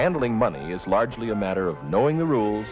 handling money is largely a matter of knowing the rules